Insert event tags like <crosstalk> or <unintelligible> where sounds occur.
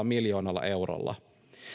<unintelligible> miljoonalla eurolla